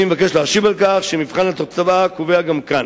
אני מבקש להשיב על כך שמבחן התוצאה קובע גם כאן.